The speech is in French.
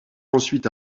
ensuite